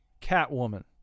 Catwoman